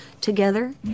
together